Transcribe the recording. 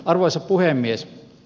arvoisa puhemies